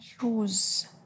choose